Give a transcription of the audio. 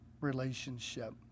relationship